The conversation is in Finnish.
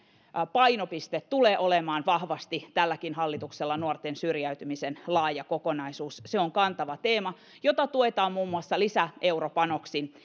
painopiste tulee olemaan vahvasti tälläkin hallituksella nuorten syrjäytymisen laaja kokonaisuus se on kantava teema jota tuetaan muun muassa lisäeuropanoksin